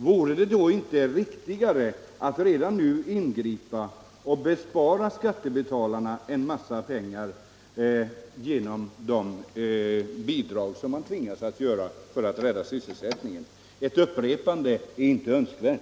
Vore det mot denna bakgrund inte riktigare att redan nu ingripa och spara en massa pengar åt skattebetalarna som man eljest tvingas betala i bidrag för att rädda sysselsättningen? Ett upprepande av Uddevallavarvsaffären är inte önskvärt.